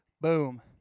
Boom